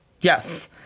Yes